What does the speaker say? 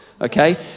Okay